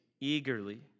eagerly